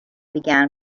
began